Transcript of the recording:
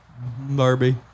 Barbie